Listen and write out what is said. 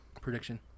prediction